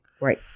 Right